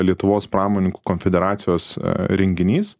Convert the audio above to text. lietuvos pramoninkų konfederacijos renginys